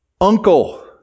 uncle